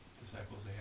disciples